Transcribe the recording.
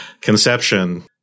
conception